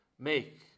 Make